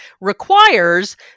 requires